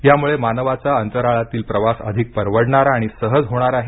यामुळे मानवाचा अंतराळातील प्रवास अधिक परवडणारा आणि सहज होणार आहे